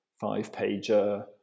five-pager